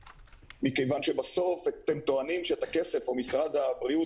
מכיוון שבסוף אתם טוענים שאת הכסף או משרד הבריאות